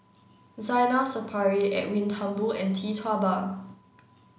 Zainal Sapari Edwin Thumboo and Tee Tua Ba